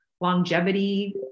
longevity